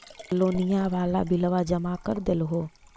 लोनिया वाला बिलवा जामा कर देलहो?